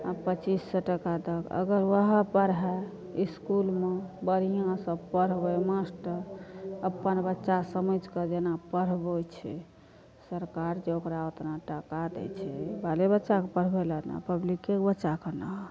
पचीस सए टका दहक अगर ओहए पढ़ाइ इसकुलमे बढ़िआँसँ पढ़बै मास्टर अपन बच्चा समझि कऽ जेना पढ़बै छै सरकार जे ओकरा ओतना टका दै छै बालेबच्चाके पढ़बैला ने पब्लिकेके बच्चाके ने